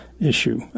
issue